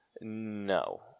No